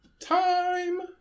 Time